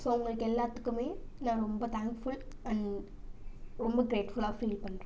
so அவங்களுக்கு எல்லாத்துக்குமே நான் ரொம்ப தேங்க்ஃபுல் அண்ட் ரொம்ப கிரேட்ஃபுல்லாக ஃபீல் பண்ணுறேன்